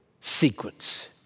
sequence